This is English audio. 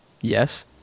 yes